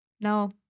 no